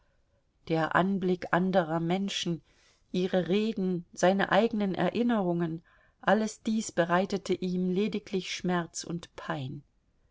der anblick anderer menschen ihre reden seine eigenen erinnerungen alles dies bereitete ihm lediglich schmerz und pein